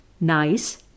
Nice